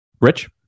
Rich